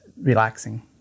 relaxing